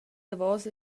davos